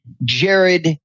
Jared